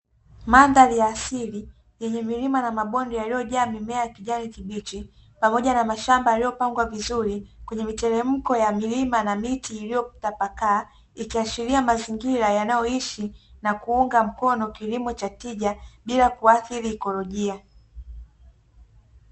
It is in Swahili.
Mandhari ya asili yenye milima na mabonde yaliyojaa mimea ya kijani kibichi, pamoja na mashamba yaliyopangwa vizuri kwenye miteremko ya milima na miti iliyotapakaa, ikiashiria mazingira yanayoishi na kuunga mkono kilimo cha tija bila kuathiri ikolojia.